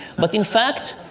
but, in fact,